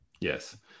Yes